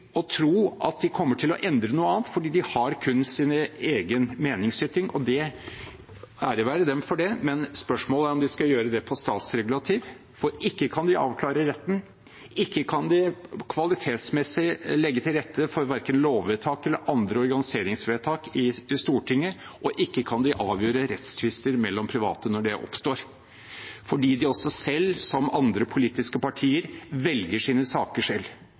tro at de kommer til å endre noe annet, fordi de kun har sin egen meningsytring. Ære være dem for det, men spørsmålet er om de skal gjøre det på statsregulativ. For ikke kan de avklare retten, ikke kan de kvalitetsmessig legge til rette for verken lovvedtak eller andre organiseringsvedtak i Stortinget, og ikke kan de avgjøre rettstvister mellom private når det oppstår, fordi de også selv, som politiske partier, velger sine